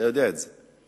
אתה יודע את זה.